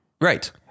Right